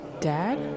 Dad